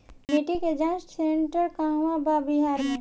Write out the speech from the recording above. मिटी के जाच सेन्टर कहवा बा बिहार में?